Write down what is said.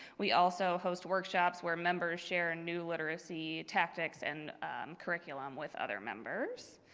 we also host workshops where members share new literacy tactics and curriculum with other members.